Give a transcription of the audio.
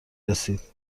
رسید